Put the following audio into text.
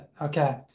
Okay